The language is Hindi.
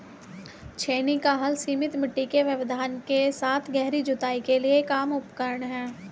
छेनी का हल सीमित मिट्टी के व्यवधान के साथ गहरी जुताई के लिए एक आम उपकरण है